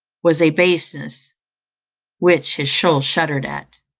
was a baseness which his soul shuddered at.